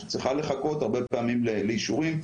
שצריכה לחכות הרבה פעמים לאישורים.